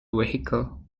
vehicle